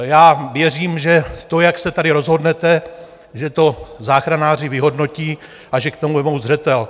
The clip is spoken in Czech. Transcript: Já věřím, že to, jak se tady rozhodnete, že to záchranáři vyhodnotí a že k tomu vezmou zřetel.